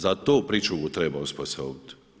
Za to pričuvu treba osposobiti.